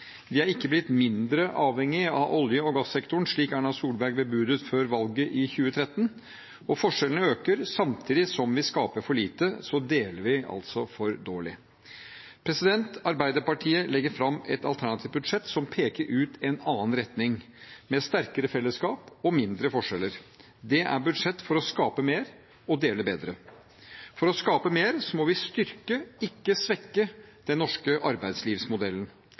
Vi er ikke blitt mindre avhengige av olje- og gassektoren, slik Erna Solberg bebudet før valget i 2013. Forskjellene øker, og samtidig som vi skaper for lite, deler vi altså for dårlig. Arbeiderpartiet legger fram et alternativt budsjett som peker ut en annen retning – med sterkere fellesskap og mindre forskjeller. Det er et budsjett for å skape mer og dele bedre. For å skape mer må vi styrke, ikke svekke, den norske arbeidslivsmodellen.